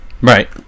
Right